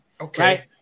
Okay